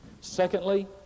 Secondly